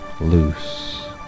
loose